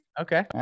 Okay